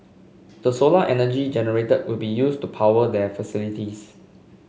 the solar energy generated will be used to power their facilities